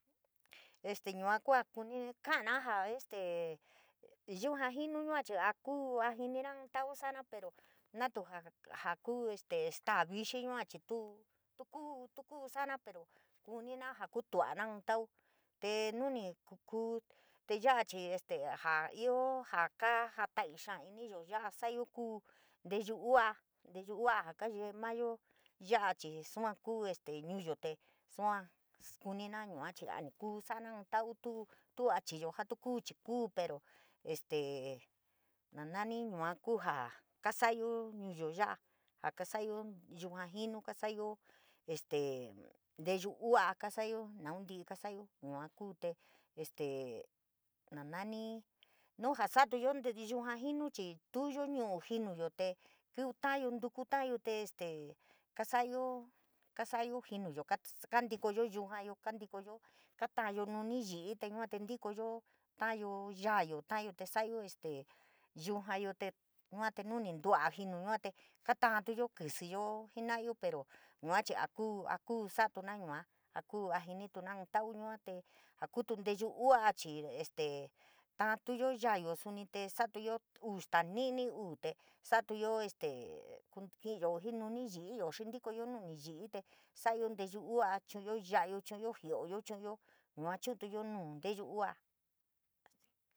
Este yua kua kuni ka'ana jaa este yuja jinu yua chii a kuu a jinina nta'au sa'ara pero pero natu ja ja kuu este staa vixi yua chii tuu, tuu kuu, tuu kuu sa'ara, pero kunina ja kutua'ana tau, tee nuni kuu tee ya'a chii este ja ioo, jaa kaa kajatai xaa iniyo ya'a sa'ayo kuu nteyu úúa, nteyuu úúa jaa ka yee mayo ya'a, chii sua kuu este ñuuyo te sua kunina yua chii ni kuu sa'ana inn tau tuu tu'ua chiyo jaa tuu kuu chii kuu, pero este na nani yua kuu jaa kasa'ayo ñuuyo ya'a jaa kaasa'ayo kuu yuuja jinuu kasa'ayo, este nteyuu úúa, kua'a kasa'ayo, ntíí kasayo yua kuu te este naa nani nuu ja satuyo ntí yuja jinu, chii túu yoo ñu'u jiinuyo te taayoo ntuku, taayo te este kaas'ayo kaasa'ayo jinuyo ka kantikoyo yuujayo, kaantikoyo, kaatayo nuni yi'i, tee yua te ntikoyo, taayo yaayo taayo te sa'ayo este yuujayo, te yua te, nuni ntua'a jinuu, yua te kaa taatuyo kísííyo jena'ayo, pero yua chii, a kuu a kuu sa'atuna yuua, a kuu a jinina inn tauu yua, tee jaa kuu nteyu úúaa chii, este taatuyo yaayo suni, te sa'atuyo uu staa ni'ini uu te sa'atuyo este ki'iyo jii nuni yi'iyo, xii ntikoyo nuni yi'i te sa'ayo nteyuu úúa, chu'uyo ya'ayo, chu'uyo jio'oyo, chu'uyo yua chu'utuyo nuu nteyuu úúa.